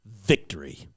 victory